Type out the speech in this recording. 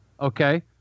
Okay